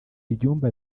ibyumba